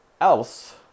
else